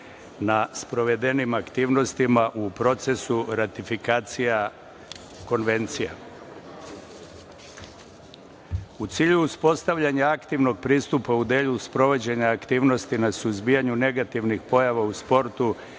na sprovedenim aktivnostima u procesu ratifikacija konvencija.U cilju uspostavljanja aktivnog pristupa u delu sprovođenja aktivnosti na suzbijanju negativnih pojava u sportu,